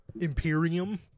Imperium